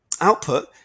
output